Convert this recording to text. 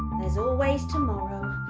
there's always tomorrow.